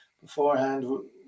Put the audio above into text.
beforehand